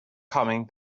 coming